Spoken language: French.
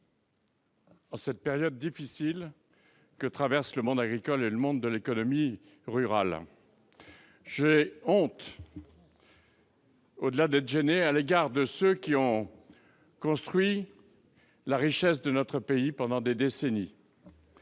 en cette période difficile que traversent le monde agricole et le monde de l'économie rurale, lorsque je songe à ceux qui ont construit la richesse de notre pays pendant des décennies,